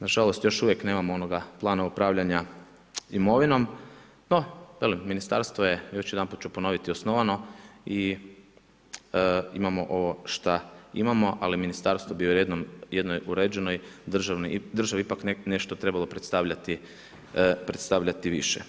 Nažalost još uvijek nemamo onoga plana upravljanja imovinom, no velim, ministarstvo je, još jedanput ću ponoviti osnovano i imamo ovo što imamo ali ministarstvo bi u jednoj uređenoj državi ipak nešto trebalo predstavljati više.